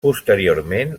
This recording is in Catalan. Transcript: posteriorment